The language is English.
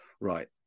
Right